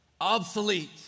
Obsolete